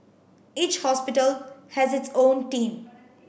each hospital has its own team